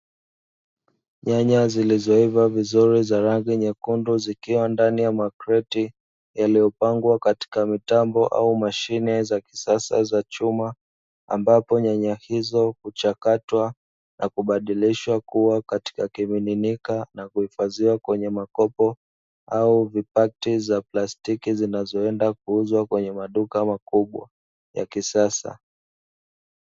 Nyanya zilizoiva vizuri za rangi nyekundu zikiwa ndani ya makreti yaliyopangwa katika mitambo au mashine za kisasa za chuma, ambapo nyanya hizo kuchakatwa na kubadilisha kuwa katika kimiminika na kuhifadhiwa kwenye makopo au vipakiti za plastiki zinazoenda kuuzwa kwenye maduka makubwa ya kisasa.